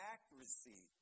Accuracy